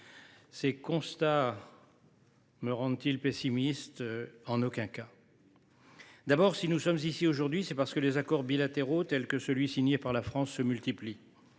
constats me rendent ils pessimiste ? En aucun cas ! Si nous sommes ici aujourd’hui, c’est parce que les accords bilatéraux, tels que celui qui vient d’être signé par la France, se multiplient.